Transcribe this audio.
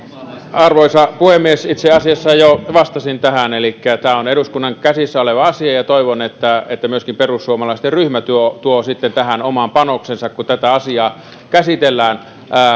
arvoisa puhemies itse asiassa jo vastasin tähän elikkä tämä on eduskunnan käsissä oleva asia ja toivon että että myöskin perussuomalaisten ryhmä tuo tuo sitten tähän oman panoksensa kun tätä asiaa käsitellään